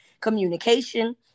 communication